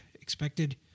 expected